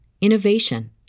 innovation